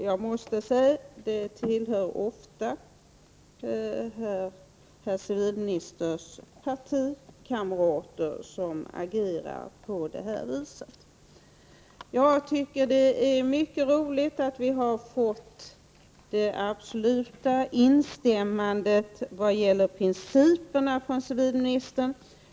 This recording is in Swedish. Jag måste säga att det ofta är civilministerns partikamrater som agerar på det viset. Jag tycker att det är mycket tillfredsställande att vi har fått ett klart instämmande vad gäller principerna från civilministern.